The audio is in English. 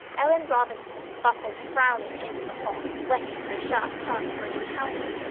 ellen robinson bustled frowning into the hall, whetting her sharp tongue for an encounter.